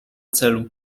celu